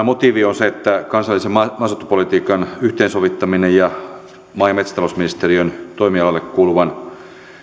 motiivi on se että kansallisen maaseutupolitiikan yhteensovittaminen ja maa ja metsätalousministeriön toimialalle kuuluvan